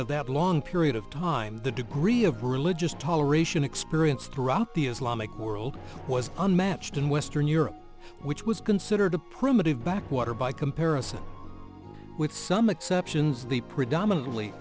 of that long period of time the degree of religious toleration experience throughout the islamic world was unmatched in western europe which was considered a primitive backwater by comparison with some exceptions the predominantly